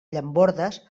llambordes